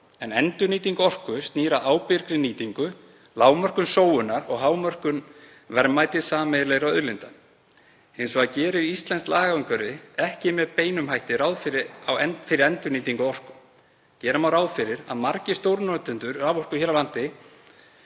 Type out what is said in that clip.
en endurnýting orku snýr að ábyrgri nýtingu, lágmörkun sóunar og hámörkun verðmætis sameiginlegra auðlinda. Hins vegar gerir íslenskt lagaumhverfi ekki með beinum hætti ráð fyrir endurnýtingu á orku. Gera má ráð fyrir að margir stórnotendur raforku hér á landi